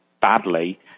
badly